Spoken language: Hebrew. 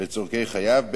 לצורכי חייו,